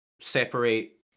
separate